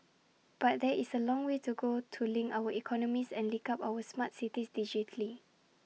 but there is A long way to go to link our economies and link up our smart cities digitally